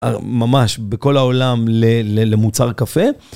ממש בכל העולם למוצר קפה.